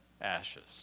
ashes